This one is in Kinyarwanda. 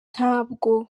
ntabwo